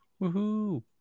Woohoo